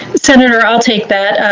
senator, i'll take that.